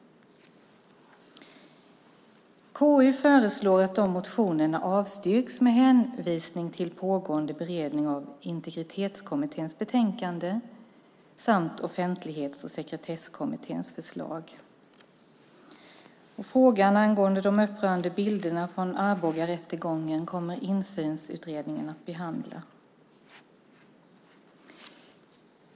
KU föreslår att dessa motioner avstyrks med hänvisning till pågående beredning av Integritetskommitténs betänkande samt Offentlighets och sekretesskommitténs förslag. Frågan angående de upprörande bilderna från Arbogarättegången kommer att behandlas av Insynsutredningen.